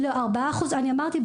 אני אמרתי,